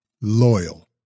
Loyal